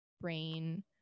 brain